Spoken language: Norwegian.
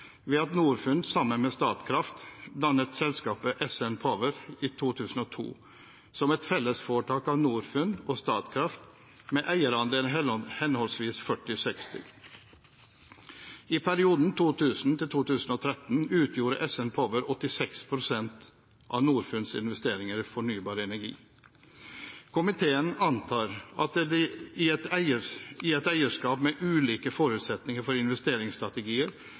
ved at Norfund sammen med Statkraft dannet selskapet SN Power i 2002 som et fellesforetak av Norfund og Statkraft, med henholdsvis 40/60 eierandel. I perioden 2000–2013 utgjorde SN Power 86 pst. av Norfunds investeringer i fornybar energi. Komiteen antar at det i et eierskap med ulike forutsetninger for investeringsstrategier